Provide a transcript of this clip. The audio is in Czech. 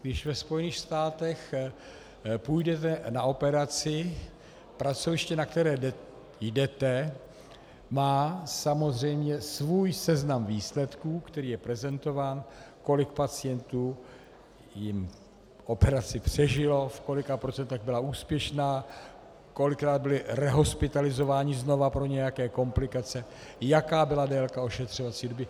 Když ve Spojených státech půjdete na operaci, pracoviště, na které jdete, má samozřejmě svůj seznam výsledků, který je prezentován, kolik pacientů jim operaci přežilo, v kolika procentech byla úspěšná, kolikrát byli rehospitalizováni znovu pro nějaké komplikace, jaká byla délka ošetřovací doby.